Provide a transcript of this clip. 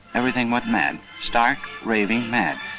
everything went mad. stark, raving mad.